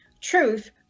truth